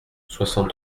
soixante